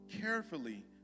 carefully